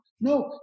No